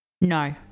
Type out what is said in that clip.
No